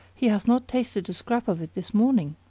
he hath not tasted a scrap of it this morning.